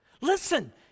Listen